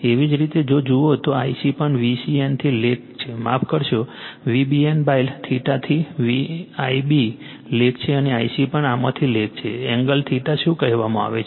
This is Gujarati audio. એવી જ રીતે જો જુઓ તો Ic પણ VCN થી લેગ છે માફ કરશો VBN થી Ib લેગ છે અને Ic પણ આમાંથી લેગ છે એંગલ શું કહેવામાં આવે છે